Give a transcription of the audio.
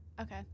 Okay